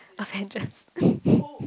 Avengers